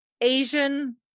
asian